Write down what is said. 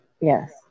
Yes